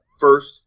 first